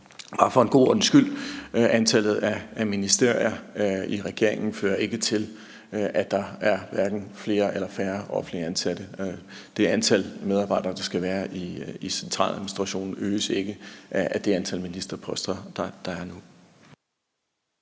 for en god ordens skyld vil jeg sige, at antallet af ministre i regeringen ikke fører til, at der er hverken flere eller færre offentligt ansatte. Det antal medarbejdere, der skal være i centraladministrationen, øges ikke af det antal ministerposter, der er nu.